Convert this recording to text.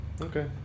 Okay